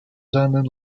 seinen